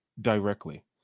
directly